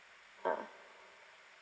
ah